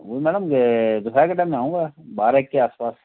वह मैडम दोपहर के टाइम में आऊँगा बारह एक के आस पास